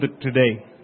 today